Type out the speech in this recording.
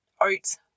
oats